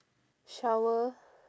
shower